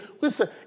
listen